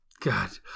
God